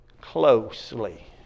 closely